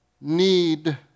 need